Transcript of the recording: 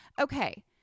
Okay